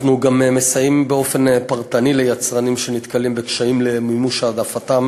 אנחנו גם מסייעים באופן פרטני ליצרנים שנתקלים בקשיים במימוש העדפתם